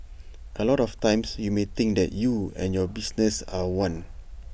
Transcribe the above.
A lot of times you may think that you and your business are one